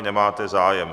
Nemáte zájem.